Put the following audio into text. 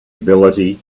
ability